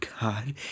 God